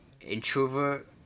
Introvert